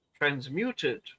transmuted